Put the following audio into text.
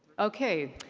okay.